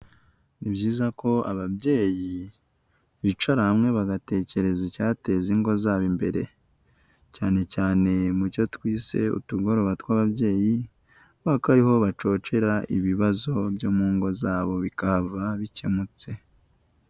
Ni byiza ko ababyeyi bicara hamwe bagatekereza icyateza ingo zabo imbere cyane cyane mu cyo twise utugoroba tw'ababyeyi kubera ko ariho bacokera ibibazo byo mu ngo zabo bikahava bikemutse.